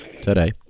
Today